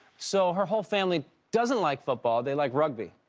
so her whole family doesn't like fat ball, they like rugby.